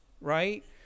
right